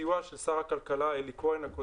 בסיוע של שר הכלכלה הקודם אלי כהן,